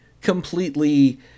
completely